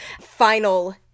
final